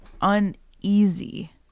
uneasy